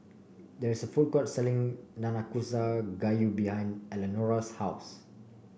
there is a food court selling Nanakusa Gayu behind Elenora's house